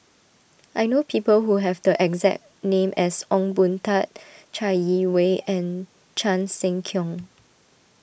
I know people who have the exact name as Ong Boon Tat Chai Yee Wei and Chan Sek Keong